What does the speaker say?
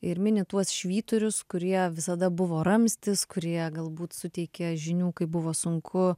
ir mini tuos švyturius kurie visada buvo ramstis kurie galbūt suteikė žinių kaip buvo sunku